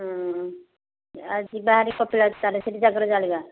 ଯିବା ଭାରି କପିଳାସ ତା'ହେଲେ ସେଇଠି ଜାଗର ଜାଳିବା